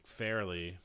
fairly